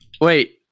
Wait